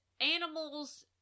animals